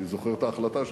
אני זוכר את ההחלטה שקיבלתי.